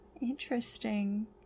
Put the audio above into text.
Interesting